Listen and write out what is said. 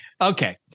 Okay